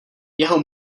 jeho